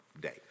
day